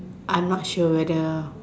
I'm not sure whether